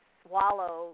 swallow